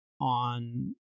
on